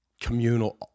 communal